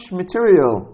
material